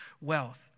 wealth